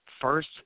First